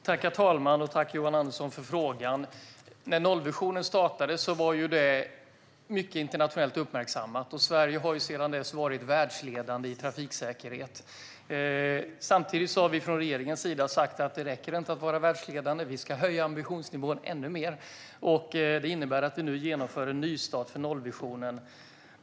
Herr talman! Tack för frågan, Johan Andersson! När nollvisionen startade blev det mycket uppmärksammat internationellt. Sverige har sedan dess varit världsledande i trafiksäkerhet. Samtidigt har regeringen sagt att det inte räcker att vara världsledande. Vi ska höja ambitionsnivån ännu mer. Det innebär att vi nu genomför en nystart för nollvisionen.